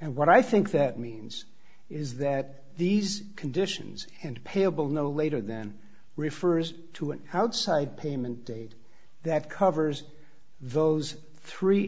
and what i think that means is that these conditions and payable no later then refers to an outside payment date that covers those three